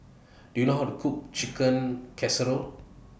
Do YOU know How to Cook Chicken Casserole